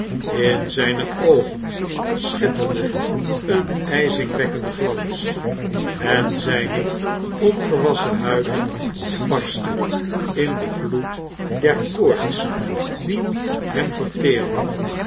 in zijne oogen schitterde een ijzingwekkende glans en zijne ongewasschen huid barstte in den gloed der koorts die hem verteerde